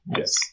Yes